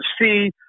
see